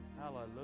Hallelujah